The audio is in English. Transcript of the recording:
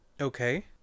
Okay